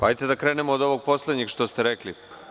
Hajde da krenemo od ovog poslednjeg što ste rekli.